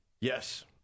yes